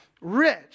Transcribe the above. rich